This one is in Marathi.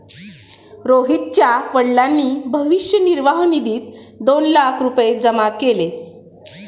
रोहितच्या वडिलांनी भविष्य निर्वाह निधीत दोन लाख रुपये जमा केले